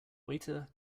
waiter